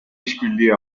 işbirliği